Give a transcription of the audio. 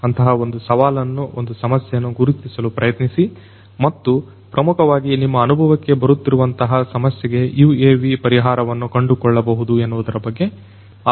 ಅಂತಹ ಒಂದು ಸವಾಲನ್ನು ಒಂದು ಸಮಸ್ಯೆಯನ್ನು ಗುರುತಿಸಲು ಪ್ರಯತ್ನಿಸಿ ಮತ್ತು ಪ್ರಮುಖವಾಗಿ ನಿಮ್ಮ ಅನುಭವಕ್ಕೆ ಬರುತ್ತಿರುವಂತಹ ಸಮಸ್ಯೆಗೆ UAV ಪರಿಹಾರವನ್ನು ಕಂಡುಕೊಳ್ಳಬಹುದು ಎನ್ನುವುದರ ಬಗ್ಗೆ ಆಲೋಚಿಸಿ